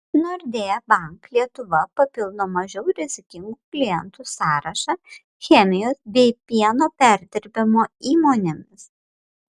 nordea bank lietuva papildo mažiau rizikingų klientų sąrašą chemijos bei pieno perdirbimo įmonėmis